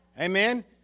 amen